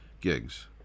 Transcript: gigs